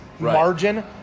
Margin